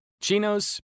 chinos